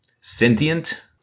sentient